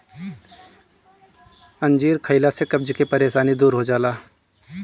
अंजीर खइला से कब्ज के परेशानी दूर हो जाला